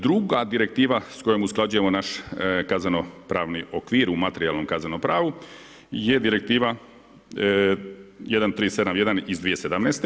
Druga direktiva s kojom usklađujemo naš kazneno pravni okvir u materijalnom kaznenom pravu je direktiva 1371 iz 2017.